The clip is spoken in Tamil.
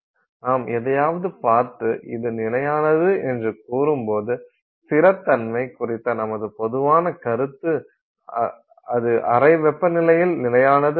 நாம் எதையாவது பார்த்து இது நிலையானது என்று கூறும்போது ஸ்திரத்தன்மை குறித்த நமது பொதுவான கருத்து அது அறை வெப்பநிலையில் நிலையானது ஆகும்